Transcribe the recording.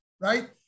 right